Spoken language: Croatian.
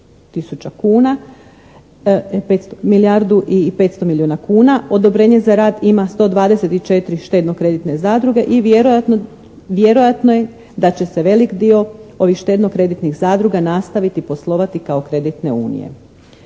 milijuna kuna. Odobrenje za rad ima 124 štedno-kreditne zadruge i vjerojatno je da će se veliki dio ovih štedno-kreditnih zadruga nastaviti poslovati kao kreditne unije.